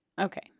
Okay